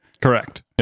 Correct